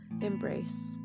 embrace